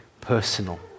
personal